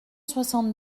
soixante